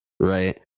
right